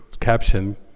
caption